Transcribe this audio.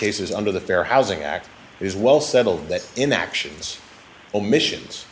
cases under the fair housing act is well settled that in actions omissions